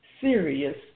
serious